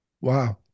Wow